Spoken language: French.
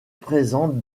présente